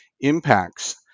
impacts